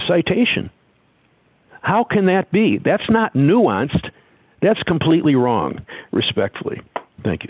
citation how can that be that's not nuanced that's completely wrong respectfully